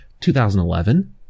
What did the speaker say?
2011